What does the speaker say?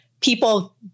people